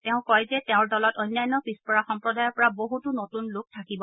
তেওঁ কয় যে তেওঁৰ দলত অন্যান্য পিচপৰা সম্প্ৰদায়ৰ পৰা বছতো নতন লোক থাকিব